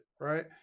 right